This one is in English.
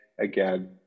again